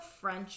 French